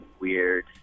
weird